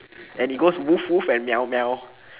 and it goes woof woof and meow meow